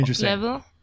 level